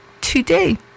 today